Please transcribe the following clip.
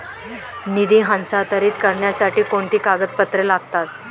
निधी हस्तांतरित करण्यासाठी कोणती कागदपत्रे लागतात?